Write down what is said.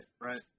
right